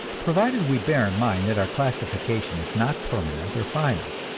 provided we bear in mind that our classification is not permanent or final.